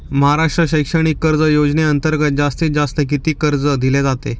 महाराष्ट्र शैक्षणिक कर्ज योजनेअंतर्गत जास्तीत जास्त किती कर्ज दिले जाते?